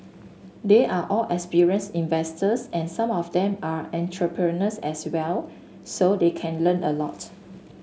they are all experienced investors and some of them are entrepreneurs as well so they can learn a lot